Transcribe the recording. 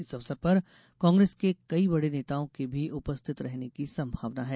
इस अवसर पर कांग्रेस के कई बड़े नेताओं के भी उपस्थित रहने की संभावना है